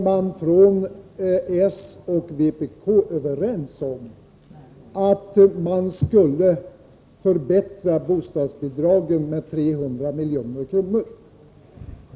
Då var s och vpk överens om att man skulle förbättra bostadsbidragen med 300 milj.kr.